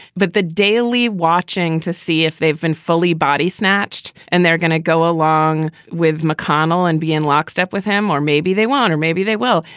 but the daily watching to see if they've been fully body snatched and they're going to go along with mcconnell and be in lockstep with him. or maybe they want or maybe they will.